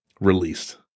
released